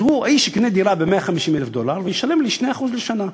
אז האיש יקנה את הדירה ב-100,000 דולר וישלם לי 2% לשנה.